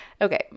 Okay